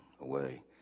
away